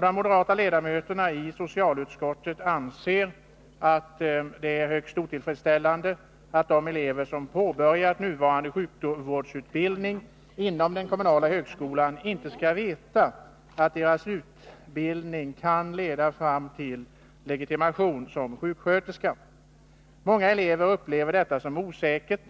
De moderata ledamöterna i socialutskottet anser att det är högst otillfredsställande att de elever som påbörjat nuvarande sjukvårdsutbildning inom den kommunala högskolan inte skall kunna veta att deras utbildning kan leda fram till legitimation som sjuksköterska. Många elever upplever detta som osäkert,